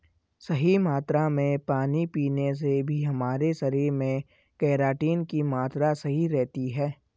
सही मात्रा में पानी पीने से भी हमारे शरीर में केराटिन की मात्रा सही रहती है